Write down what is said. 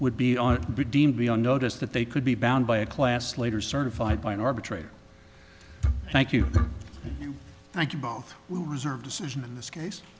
would be on be deemed be on notice that they could be bound by a class later certified by an arbitrator thank you thank you both reserve decision in this case